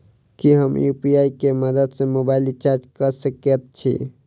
की हम यु.पी.आई केँ मदद सँ मोबाइल रीचार्ज कऽ सकैत छी?